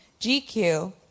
GQ